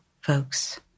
folks